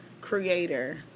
creator